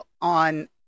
on